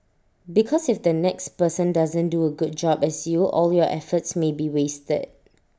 because if the next person doesn't do A good job as you all your efforts may be wasted